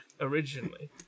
originally